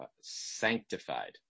sanctified